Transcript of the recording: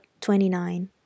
twenty-nine